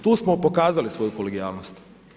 Tu smo pokazali svoju kolegijalnost.